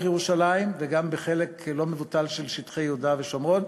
ירושלים וגם בחלק לא מבוטל של שטחי יהודה ושומרון.